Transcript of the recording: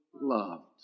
loved